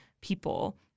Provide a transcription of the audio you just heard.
people